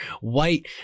white